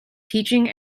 teaching